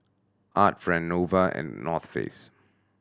Art Friend Nova and North Face